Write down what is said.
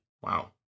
Wow